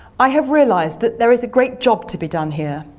i have realised that there is a great job to be done here.